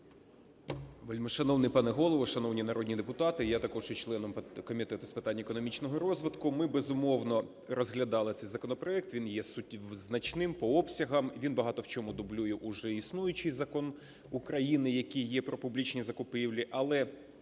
Вельмишановний пане голово! Шановні народні депутати! Я також є членом Комітету з питань економічного розвитку. Ми, безумовно, розглядали цей законопроект. Він є значним по обсягам і він багато в чому дублює уже існуючий Закон України, який є, "Про публічні закупівлі". Але